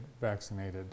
vaccinated